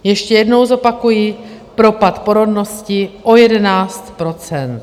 Ještě jednou zopakuji, propad porodnosti o 11 %.